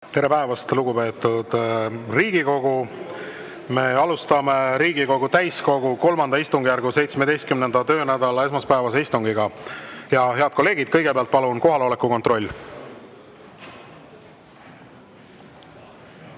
Tere päevast, lugupeetud Riigikogu! Me alustame Riigikogu täiskogu III istungjärgu 17. töönädala esmaspäevast istungit. Head kolleegid, kõigepealt palun kohaloleku kontroll!